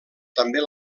també